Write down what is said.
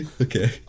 Okay